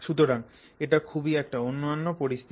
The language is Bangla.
সুতরাং এটা খুবই একটা অন্যান্য পরিস্থিতি